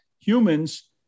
humans